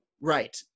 Right